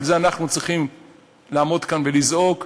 על זה אנחנו צריכים לעמוד כאן ולזעוק,